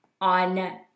on